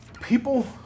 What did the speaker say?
people